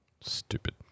Stupid